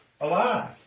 alive